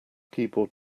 keyboard